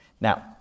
Now